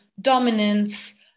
dominance